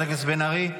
חברת הכנסת בן ארי,